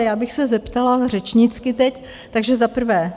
Já bych se zeptala řečnicky teď, takže za prvé.